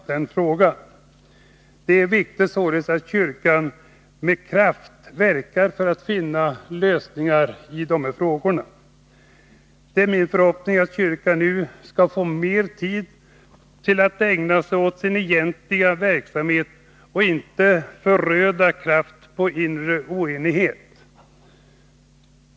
Det är viktigt att kyrkan själv med kraft verkar för att finna lösningar på dessa frågor. Det är min förhoppning att kyrkan nu skall få mer tid att ägna sig åt sin egentliga verksamhet och inte föröda kraft på inre oenighet.